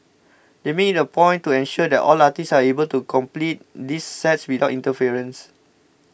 they make it a point to ensure that all artists are able to complete this sets without interference